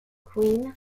queen